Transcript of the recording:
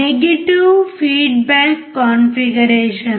negative feedback configuration